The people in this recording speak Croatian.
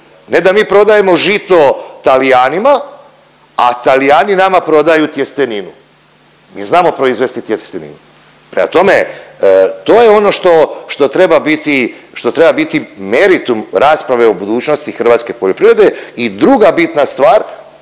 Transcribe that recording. ne da mi prodajemo žito Talijanima, a Talijani nama prodaju tjesteninu, mi znamo proizvesti tjesteninu. Prema tome, to je ono što, što treba biti, što treba biti meritum rasprave o budućnosti hrvatske poljoprivrede. I druga bitna stvar